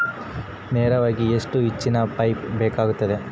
ನೇರಾವರಿಗೆ ಎಷ್ಟು ಇಂಚಿನ ಪೈಪ್ ಬೇಕಾಗುತ್ತದೆ?